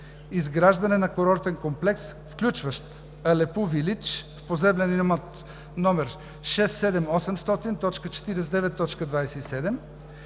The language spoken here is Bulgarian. „Изграждане на курортен комплекс, включващ „Алепу Вилидж“ в поземлен имот № 67800.49.27